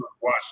Watch